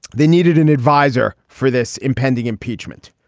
they needed an adviser for this impending impeachment.